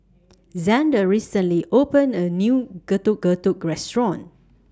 Xander recently opened A New Getuk Getuk Restaurant